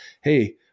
hey